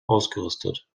ausgerüstet